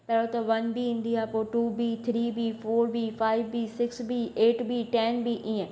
पहिरियों त one B ईंदी आहे पोइ two B three B four B five B six B eight B ten B इअं